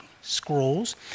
scrolls